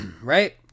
Right